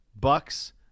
bucks